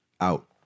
Out